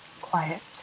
quiet